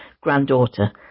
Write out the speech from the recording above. granddaughter